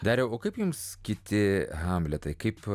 dariau kaip jums kiti hamletai kaip